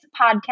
podcast